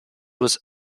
was